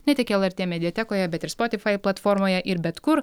ne tik lrt mediatekoje bet ir spotifai platformoje ir bet kur